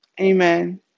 amen